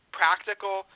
practical